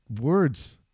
words